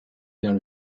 vers